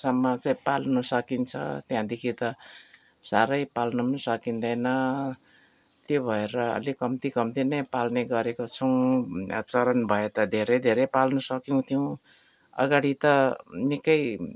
सम्म चाहिँ पाल्नु सकिन्छ त्यहाँदेखि त साह्रै पाल्नु पनि सकिँदैन त्यो भएर अलिक कम्ती कम्ती नै पाल्ने गरेको छौँ चरन भए त धेरै धेरै पाल्नु सक्थ्यौँ अगाडि त निकै